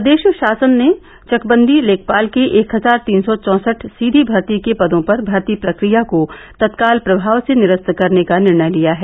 प्रदेष षासन ने चकबंदी लेखपाल के एक हजार तीन सौ चौसठ सीधी भर्ती के पदों पर भर्ती प्रक्रिया को तत्काल प्रभाव से निरस्त करने का निर्णय लिया है